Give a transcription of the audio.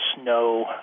no